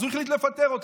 אז הוא החליט לפטר אותך.